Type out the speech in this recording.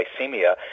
hypoglycemia